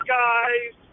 guys